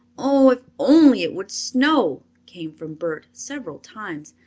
oh, if only it would snow! came from bert, several times.